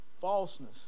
falseness